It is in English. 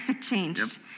changed